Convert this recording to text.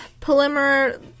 polymer